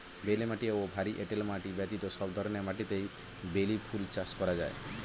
বেলে মাটি ও ভারী এঁটেল মাটি ব্যতীত সব ধরনের মাটিতেই বেলি ফুল চাষ করা যায়